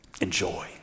enjoy